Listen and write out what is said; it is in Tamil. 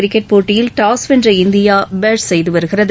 கிரிக்கெட் போட்டியில் டாஸ் வென்ற இந்தியா பேட் செய்து வருகிறது